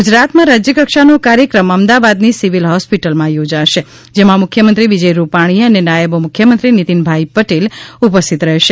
ગુજરાતમાં રાજ્યકક્ષાનો કાર્યક્રમ અમદાવાદની સિવિલ હોસ્પિટલમાં યોજાશે જેમાં મુખ્યમંત્રી વિજય રૂપાણી અને નાયબ મુખ્યમંત્રી નિતિનભાઈ પટેલ ઉપસ્થિત રહેશે